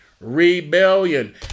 Rebellion